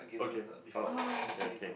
okay oh okay okay